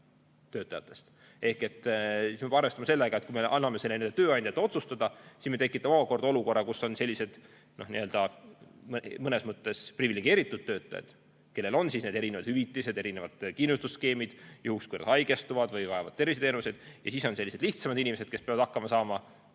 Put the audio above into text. Ehk siin peab arvestama sellega, et kui me anname selle tööandjate otsustada, siis me tekitame omakorda olukorra, kus on mõnes mõttes privilegeeritud töötajad, kellel on kõiksugu hüvitised ja kindlustusskeemid juhuks, kui nad haigestuvad või vajavad terviseteenuseid, aga siis on ka sellised lihtsamad inimesed, kes peavad hakkama saama